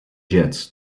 jets